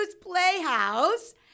Playhouse